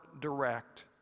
direct